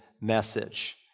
message